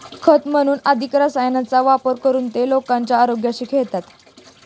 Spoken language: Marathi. खत म्हणून अधिक रसायनांचा वापर करून ते लोकांच्या आरोग्याशी खेळतात